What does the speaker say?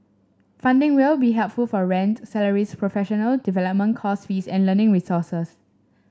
funding will be helpful for rent salaries professional development course fees and learning resources